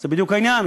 זה בדיוק העניין.